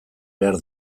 behar